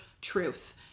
truth